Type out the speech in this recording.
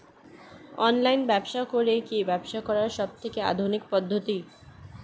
Online ব্যবসা করে কি ব্যবসা করার সবথেকে আধুনিক পদ্ধতি?